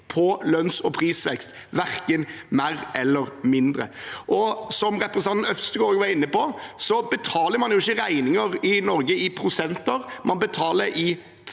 på lønns- og prisveksten – verken mer eller mindre. Som representanten Øvstegård var inne på, betaler man jo ikke regninger i Norge i prosenter, man betaler i